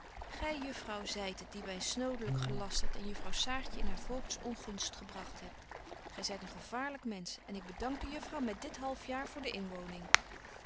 juffrouw zyt het die my snodelyk gelastert en juffrouw saartje in haar voogds ongunst gebragt hebt gy zyt een gevaarlyk mensch en ik bedank de juffrouw met dit half jaar voor de inwoning